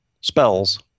Spells